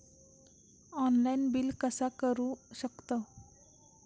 Online bill कसा करु शकतव?